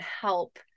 help